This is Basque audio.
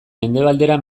mendebaldera